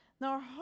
Now